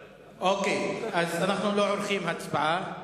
אוקיי, אנחנו לא עורכים הצבעה.